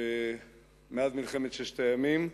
שמאז מלחמת ששת הימים,